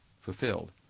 fulfilled